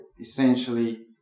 essentially